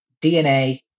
DNA